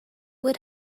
would